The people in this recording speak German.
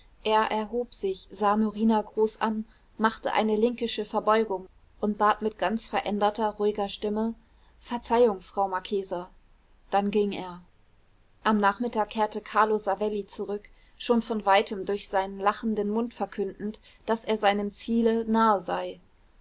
er erhob sich sah norina groß an machte eine linkische verbeugung und bat mit ganz veränderter ruhiger stimme verzeihung frau marchesa dann ging er am nachmittag kehrte carlo savelli zurück schon von weitem durch seinen lachenden mund verkündend daß er seinem ziele nahe sei